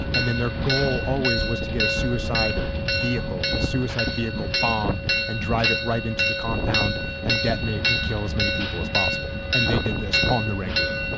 and then their goal always was to get a suicide vehicle, a suicide vehicle bomb and drive it right into the compound and detonate and kill as many people as possible. and they did this on the regular.